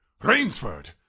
Rainsford